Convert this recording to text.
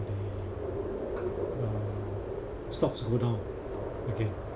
the uh stocks go down again